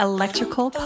Electrical